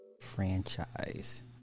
franchise